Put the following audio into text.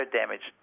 damage